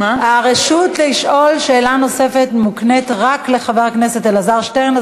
הרשות לשאול שאלה נוספת מוקנית רק לחבר הכנסת אלעזר שטרן,